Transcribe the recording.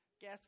Guess